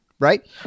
Right